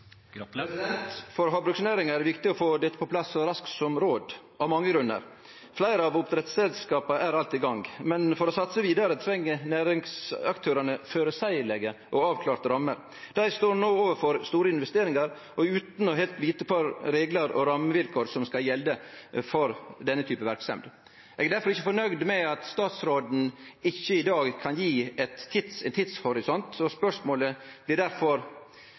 For havbruksnæringa er det viktig å få dette på plass så raskt som råd, av mange grunnar. Fleire av oppdrettsselskapa er alt i gang, men for å satse vidare treng næringsaktørane føreseielege og avklarte rammer. Dei står no overfor store investeringar utan å heilt vite kva reglar og rammevilkår som skal gjelde for denne typen verksemd. Eg er difor ikkje fornøgd med at statsråden ikkje i dag kan gje ein tidshorisont. Spørsmålet blir